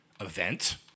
event